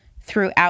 throughout